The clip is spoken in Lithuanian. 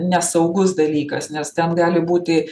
nesaugus dalykas nes ten gali būti